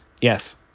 Yes